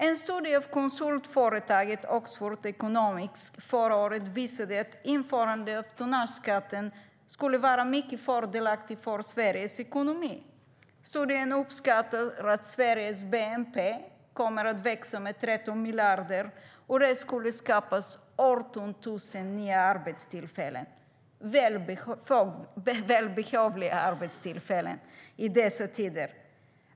En studie av konsultföretaget Oxford Economics förra året visade att ett införande av tonnageskatt skulle vara mycket fördelaktigt för Sveriges ekonomi. Studien uppskattar att Sveriges bnp kommer att växa med 13 miljarder och att det skulle skapas 18 000 nya arbetstillfällen, välbehövliga arbetstillfällen i dessa tider.